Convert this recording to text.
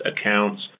accounts